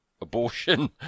abortion